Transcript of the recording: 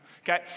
Okay